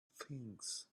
things